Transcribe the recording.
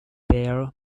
bare